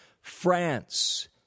France